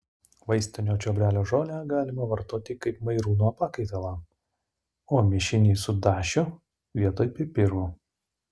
vaistinio čiobrelio žolę galima vartoti kaip mairūno pakaitalą o mišinį su dašiu vietoj pipirų